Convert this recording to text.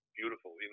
beautiful